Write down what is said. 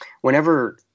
whenever